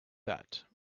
that